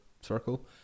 circle